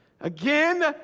again